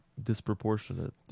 disproportionate